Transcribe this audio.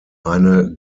eine